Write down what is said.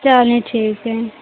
चलिए ठीक है